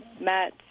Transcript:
Matt